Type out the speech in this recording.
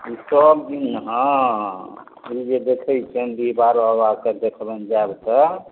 ई सब दिन हँ ई जे देखय छियनि डीहबारके देखबनि जायब तऽ